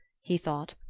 he thought,